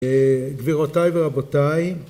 גבירותיי ורבותיי